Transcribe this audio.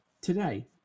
Today